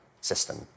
system